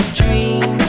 dream